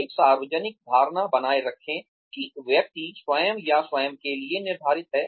एक सार्वजनिक धारणा बनाए रखें कि व्यक्ति स्वयं या स्वयं के लिए निर्धारित है